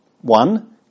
One